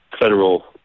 federal